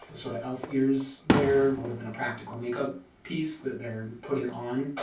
sort of elf ears there, would've been a practical makeup piece that they're putting on